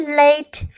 late